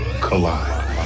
collide